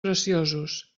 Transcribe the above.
graciosos